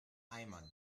eimern